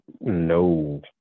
no